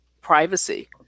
privacy